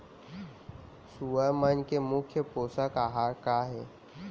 सुअर मन के मुख्य पोसक आहार का हे?